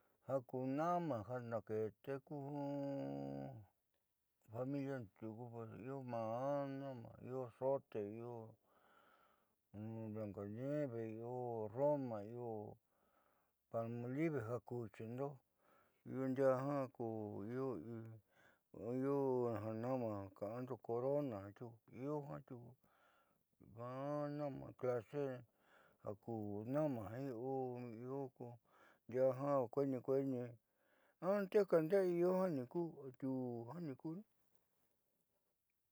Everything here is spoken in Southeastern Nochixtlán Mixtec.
ja ku na'ama ja naakeete ku familiando io maa na'ama io zote io blancanieve io roma io palmolive ja kuuchindoo io ndiaá ka ku io ja naama ka'ando corona tiuku io jiaa tiuku maá na'ama ja ku na'ama in uu ndiaá kueeni kueeni anteka ndeé io jiaa niikuu ante atiuu jiaa niikuu ne.